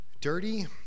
dirty